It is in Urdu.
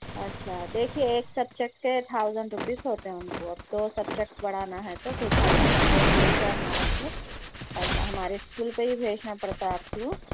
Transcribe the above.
اچھا دیکھئے ایک سبجکٹ کے تھاوزنڈ روپیز ہوتے ان کو اب دو سبجکٹ پڑھانا ہے تو ٹو تھاوزنڈ ہوتے ہیں انگلش اور میتھ کے ایسا ہمارے اسکول پہ ہی بھیجنا پڑتا آپ کو